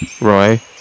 Roy